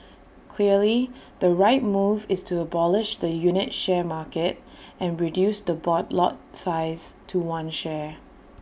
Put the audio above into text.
clearly the right move is to abolish the unit share market and reduce the board lot size to one share